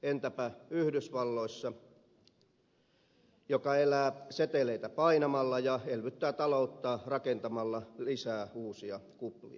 entäpä yhdysvalloissa joka elää seteleitä painamalla ja elvyttää talouttaan rakentamalla lisää uusia kuplia